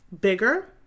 bigger